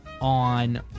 on